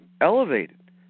elevated